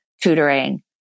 tutoring